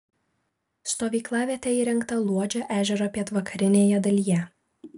stovyklavietė įrengta luodžio ežero pietvakarinėje dalyje